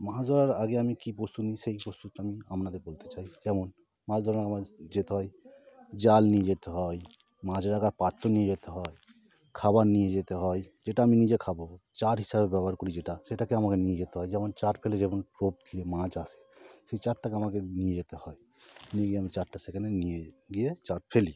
মাছ ধরার আগে আমি কী প্রস্তুত নিই সেই প্রস্তুত আমি আপনাদের বলতে চাই যেমন মাছ ধরার আমার যেতে হয় জাল নিয়ে যেতে হয় মাছ রাখার পাত্র নিয়ে যেতে হয় খাবার নিয়ে যেতে হয় যেটা আমি নিজে খাবো চার হিসাবে ব্যবহার করি যেটা সেটাকেও আমাকে নিয়ে যেতে হয় যেমন চার ফেলে যেমন টোপ দিয়ে মাছ আসে সেই চারটাকে আমাকে নিয়ে যেতে হয় নিয়ে গিয়ে আমি চারটা সেখানে নিয়ে যাই গিয়ে চার ফেলি